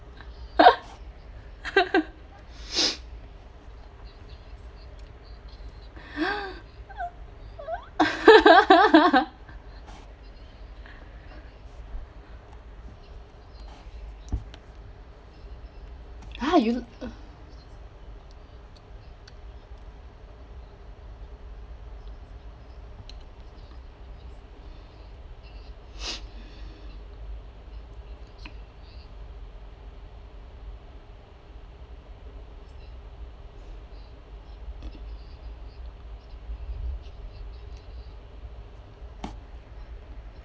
ha you uh